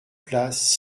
place